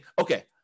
okay